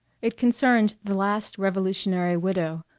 it concerned the last revolutionary widow,